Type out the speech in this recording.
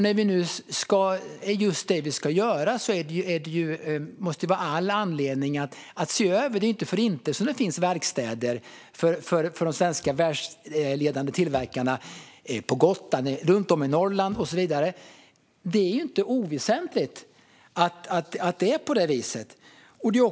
När vi nu ska göra just det måste det finnas all anledning att se över detta. Det ju inte för inte som det finns verkstäder för de världsledande svenska tillverkarna på Gotland, runt om i Norrland och så vidare. Det är inte oväsentligt att det är på det viset.